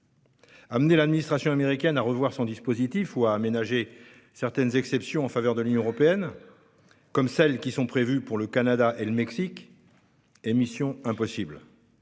Amener l'administration américaine à revoir son dispositif ou à aménager certaines exceptions en faveur de l'Union européenne, comme celles qui sont prévues pour le Canada et le Mexique, est mission impossible.